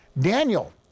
Daniel